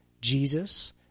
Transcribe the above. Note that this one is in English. Jesus